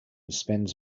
spends